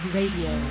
Radio